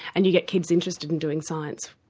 and you get kids interested in doing science.